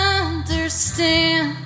understand